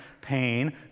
pain